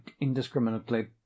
indiscriminately